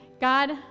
God